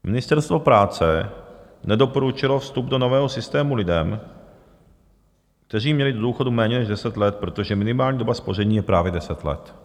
Ministerstvo práce nedoporučilo vstup do nového systému lidem, kteří měli do důchodu méně než 10 let, protože minimální doba spoření je právě 10 let.